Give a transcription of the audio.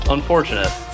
Unfortunate